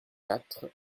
quatre